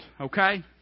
okay